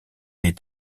est